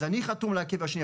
אז אני חתום על הקבר שלי,